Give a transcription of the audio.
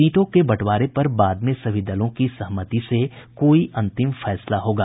सीटों के बंटवारे पर बाद में सभी दलों की सहमति से कोई अंतिम फैसला होगा